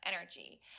energy